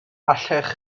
allech